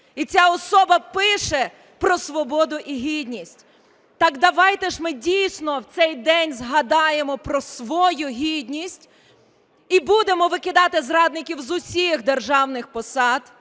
І ця особа пише про свободу і гідність! Так давайте ж ми, дійсно, в цей день згадаємо про свою гідність – і будемо викидати зрадників з усіх державних посад,